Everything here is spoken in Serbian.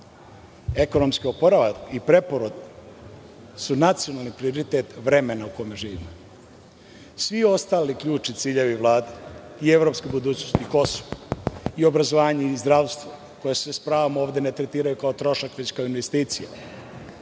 Ekonomski oporavak i preporod su nacionalni prioriteti vremena u kome živimo. Svi ostali ključni ciljevi Vlade i evropska budućnost i Kosovo i obrazovanje i zdravstvo, koji se sa pravom ne tretiraju kao trošak već kao investicija,